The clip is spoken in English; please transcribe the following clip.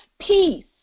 peace